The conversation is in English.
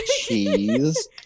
cheese